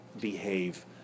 behave